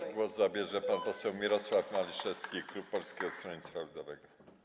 Teraz głos zabierze pan poseł Mirosław Maliszewski, klub Polskiego Stronnictwa Ludowego.